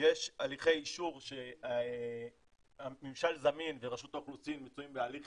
ויש הליכי אישור שממשל זמין ורשות האוכלוסין מצויים בהליך